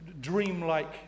dreamlike